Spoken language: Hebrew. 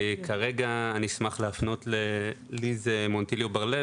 כרגע אני אשמח להפנות לליז מונטיליו בר לב